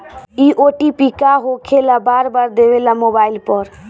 इ ओ.टी.पी का होकेला बार बार देवेला मोबाइल पर?